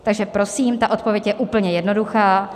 Takže prosím, odpověď je úplně jednoduchá.